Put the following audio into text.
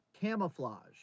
camouflage